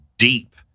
deep